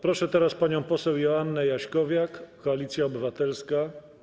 Proszę teraz panią poseł Joannę Jaśkowiak, Koalicja Obywatelska.